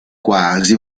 quasi